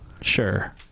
Sure